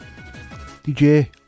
DJ